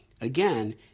Again